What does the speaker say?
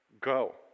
go